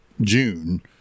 June